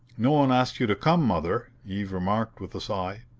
no one asked you to come, mother, eve remarked with a sigh.